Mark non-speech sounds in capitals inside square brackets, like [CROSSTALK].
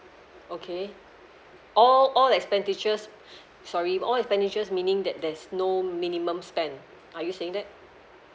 okay all all expenditures [BREATH] sorry but all expenditures meaning that there's no minimum spend are you saying that